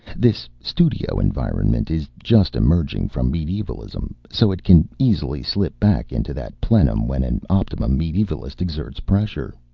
this studio environment is just emerging from medievalism, so it can easily slip back into that plenum when an optimum medievalist exerts pressure.